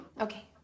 Okay